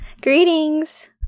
greetings